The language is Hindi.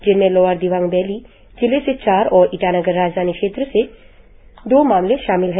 जिसमें लोअर दिवांग वैली जिले से चार और ईटानगर राजधानी क्षेत्र से दो मामले शामिल है